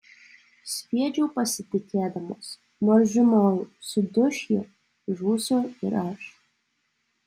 sviedžiau pasitikėdamas nors žinojau suduš ji žūsiu ir aš